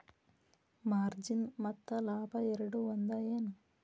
margin ಮತ್ತ ಲಾಭ ಎರಡೂ ಒಂದ ಏನ್